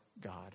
God